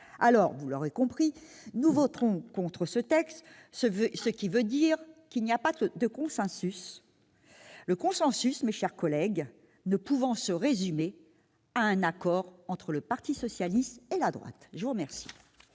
Vous l'aurez compris, nous voterons contre ce texte, ce qui signifie qu'il n'y a pas de consensus. Le consensus, mes chers collègues, ne peut se résumer à un accord entre le parti socialiste et la droite ! Très bien